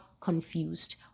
confused